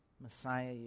Messiah